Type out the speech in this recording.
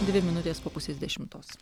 dvi minutės po pusės dešimtos